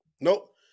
Nope